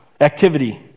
activity